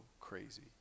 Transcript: crazy